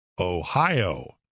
Ohio